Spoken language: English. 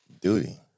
Duty